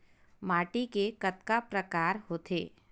माटी के कतका प्रकार होथे?